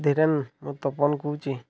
ଧୀରେନ୍ ମୁଁ ତପନ କହୁଛି